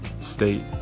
state